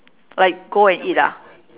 like go and eat ah